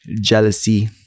jealousy